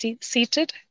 seated